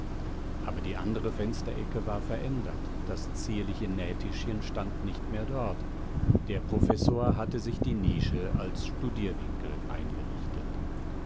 aber die andere fensterecke war verändert das zierliche nähtischchen stand nicht mehr dort der professor hatte sich die nische als studierwinkel eingerichtet